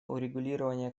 урегулирования